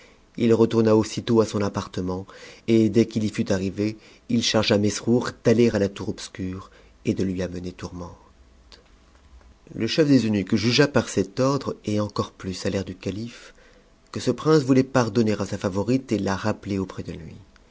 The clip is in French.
il retourna aussitôt à son appartement et dès qu'il y fut arrivé il chargea mesrour d'aller à la tour obscure et de lui amener fourmente le chef des eunuques jugea par cet ordre et encore plus à l'air du calife que ce prince voulait pardonner à sa favorite et la rappeler auprès de lui